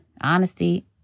Honesty